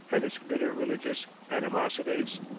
and its bitter religious animosities?